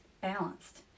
balanced